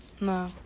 No